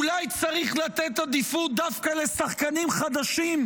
אולי צריך לתת עדיפות דווקא לשחקנים חדשים,